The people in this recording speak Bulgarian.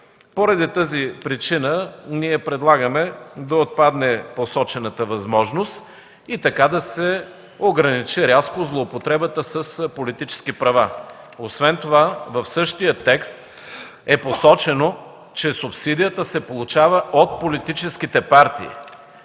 Поради тази причина ние предлагаме да отпадне посочената възможност и така да се ограничи рязко злоупотребата с политически права. Освен това в същия текст е посочено, че субсидията се получава от политическите партии